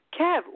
Kev